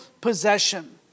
possession